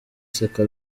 seka